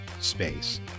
space